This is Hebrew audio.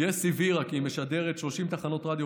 יס הבהירה כי היא משדרת 30 תחנות רדיו